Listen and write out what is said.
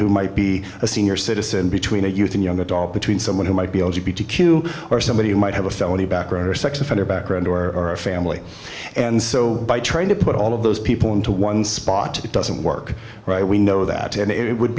who might be a senior citizen between a youth and young adult between someone who might be a queue or somebody who might have a felony background or a sex offender background or a family and so by trying to put all of those people into one spot it doesn't work right we know that and it would